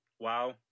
Wow